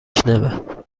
شنوه